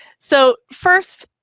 so first,